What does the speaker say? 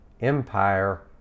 empire